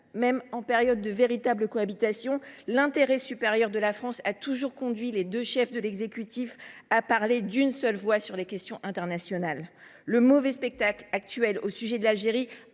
Même lors des véritables cohabitations, l’intérêt supérieur de la France a toujours conduit les deux chefs de l’exécutif à parler d’une seule voix sur les questions internationales. Le mauvais spectacle auquel nous assistons